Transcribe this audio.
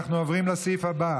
אנחנו עוברים לסעיף הבא,